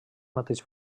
mateix